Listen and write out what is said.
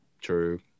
True